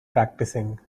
practicing